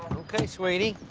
okay sweetie.